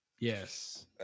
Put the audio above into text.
Yes